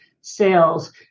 sales